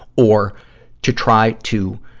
or to try to